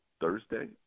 Thursday